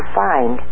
find